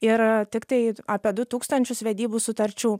ir tiktai apie du tūkstančius vedybų sutarčių